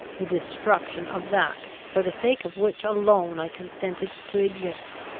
the destruction of that for the sake of which alone i consented to exist.